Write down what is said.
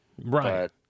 right